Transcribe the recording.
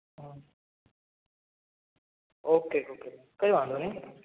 okay okay કંઈ વાંધો નહીં